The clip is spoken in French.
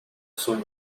sun